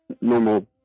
normal